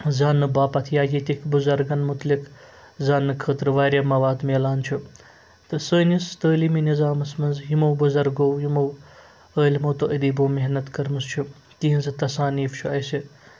زاننہٕ باپتھ یا ییٚتِکۍ بُزرگن مُتعلِق زاننہٕ خٲطرٕ واریاہ مواد میلان چھُ تہٕ سٲنِس تٲلیٖمی نِظامَس منٛز یِمو بُزرگو یِمو عٲلمو تہٕ ادیٖبو محنت کٔرمٕژ چھِ تِہنٛزٕ تصانیٖف چھُ اَسہِ